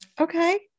okay